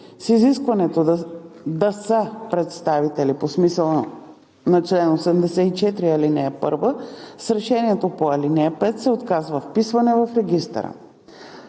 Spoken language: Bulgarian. с изискването да са представители по смисъла на чл. 84, ал. 1 с решението по ал. 5 се отказва вписване в регистъра.